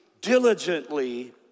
diligently